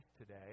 today